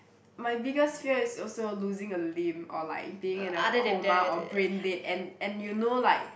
my biggest fear is also losing a limb or like being in a coma or brain dead and and you know like